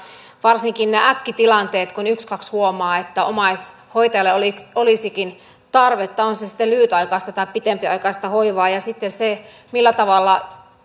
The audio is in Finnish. varsinkin ne äkkitilanteet kun ykskaks huomaa että omaishoitajalle olisikin tarvetta on se sitten lyhytaikaista tai pitempiaikaista hoivaa ja se millä tavalla